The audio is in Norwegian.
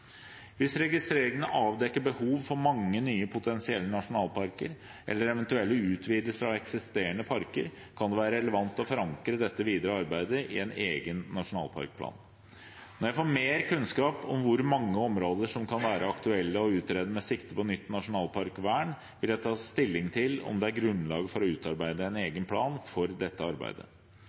Hvis registreringene avdekker behov for mange nye potensielle nasjonalparker, eller eventuelle utvidelser av eksisterende parker, kan det være relevant å forankre dette videre arbeidet i en egen nasjonalparkplan. Når jeg får mer kunnskap om hvor mange områder som kan være aktuelle å utrede med sikte på nytt nasjonalparkvern, vil jeg ta stilling til om det er grunnlag for å utarbeide en egen plan for dette arbeidet.